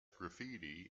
graffiti